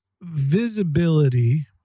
visibility